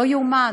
לא ייאמן,